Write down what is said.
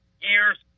years